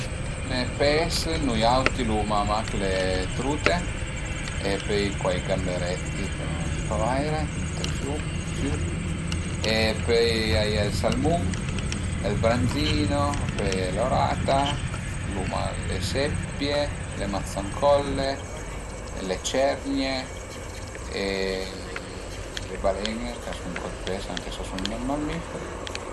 Cume pes nui auti l'uma mach le trute e pöi cuai gamberetti, però a i n'a ie pa vaire ënt ël fiu fiüm e pöi a ie ël salmun, ël branzino, pöi a ie l'orata, l'uma le seppie, le mazzancolle, le cernie, le balen-e ch'a sun co d'pes anche s'a sun dë mammiferi